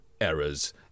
errors